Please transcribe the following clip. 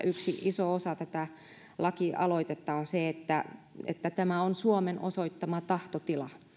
yksi iso osa tätä lakialoitetta on se että että tämä on suomen osoittama tahtotila